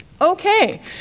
Okay